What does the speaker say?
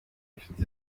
inshuti